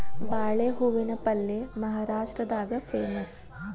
ಬಾಳೆ ಹೂವಿನ ಪಲ್ಯೆ ಮಹಾರಾಷ್ಟ್ರದಾಗ ಪೇಮಸ್